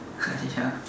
ya